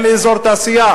אין לי אזור תעשייה.